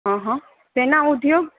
અહ શેના ઉદ્યોગ